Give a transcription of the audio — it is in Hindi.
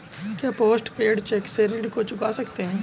क्या पोस्ट पेड चेक से ऋण को चुका सकते हैं?